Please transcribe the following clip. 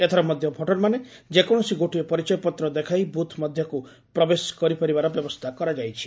ଏଥର ମଧ୍ଧ ଭୋଟରମାନେ ଯେକୌଣସି ଗୋଟିଏ ପରିଚୟପତ୍ର ଦେଖାଇ ବୁଥ୍ ମଧ୍ଧକୁ ପ୍ରବେଶ କରିପାରିବାର ବ୍ୟବସ୍ରା କରାଯାଇଛି